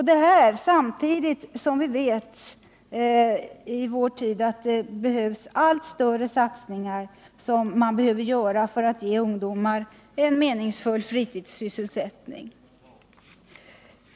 Detta sker i en tid då allt större satsningar behöver göras för att ge ungdomar en meningsfull fritidssysselsättning.